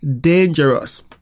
dangerous